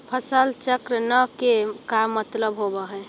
फसल चक्र न के का मतलब होब है?